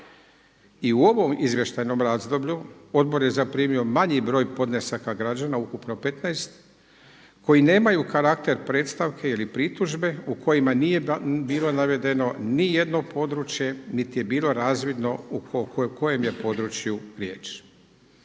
I u ovom izvještajnom razdoblju odbor je zaprimio manji broj podnesaka građana, ukupno 15 koji nemaju karakter predstavke ili pritužbe, u kojima nije bilo navedeno ni jedno područje niti je bila razvidno o kojem je području riječ.